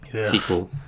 sequel